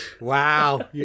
Wow